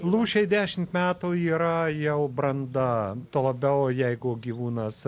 lūšiai dešimt metų yra jau branda tuo labiau jeigu gyvūnas